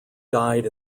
died